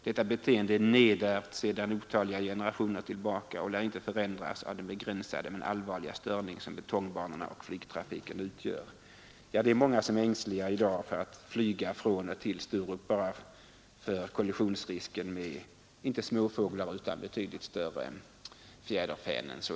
Detta beteende är nedärvt sedan otaliga generationer tillbaka och lär inte förändras av den begränsade men allvarliga störning, som betongbanorna och flygtrafiken utgör.” Många är i dag ängsliga för att flyga från eller till Sturup på grund av den stora kollisionsrisken med inte bara mindre utan större fåglar, typ gäss.